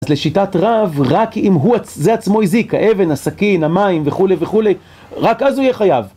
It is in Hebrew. אז לשיטת רב, רק אם זה עצמו הזיק, האבן, הסכין, המים וכולי וכולי, רק אז הוא יהיה חייב.